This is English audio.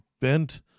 bent